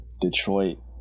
Detroit